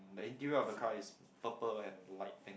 the interior of the car is purple and light pink